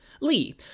Lee